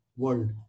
world